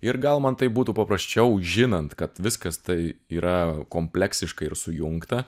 ir gal man tai būtų paprasčiau žinant kad viskas tai yra kompleksiška ir sujungta